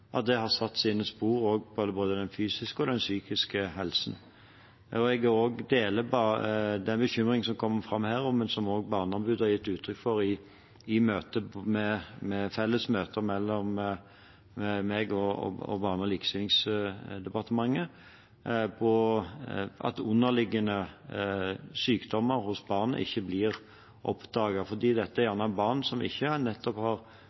at det har satt sine spor både på den fysiske og på den psykiske helsen. Jeg deler også den bekymringen som kom fram her, og som også barneombudet har gitt uttrykk for i felles møter mellom meg og Barne- og likestillingsdepartementet, om at underliggende sykdommer hos barnet ikke blir oppdaget. Dette er gjerne barn som ikke har gått jevnlig til helsestasjonen, ikke har